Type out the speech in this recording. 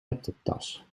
laptoptas